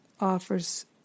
offers